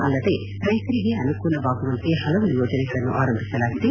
ಅಲ್ಲದೆ ರೈತರಿಗೆ ಅನುಕೂಲವಾಗುವಂತೆ ಹಲವು ಯೋಜನೆಗಳನ್ನು ಆರಂಭಿಸಲಾಗಿದೆ